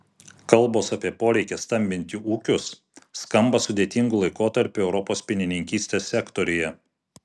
kalbos apie poreikį stambinti ūkius skamba sudėtingu laikotarpiu europos pienininkystės sektoriuje